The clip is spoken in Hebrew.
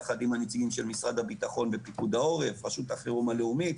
יחד עם הנציגים של משרד הביטחון ופיקוד העורף ורשות החירום הלאומית,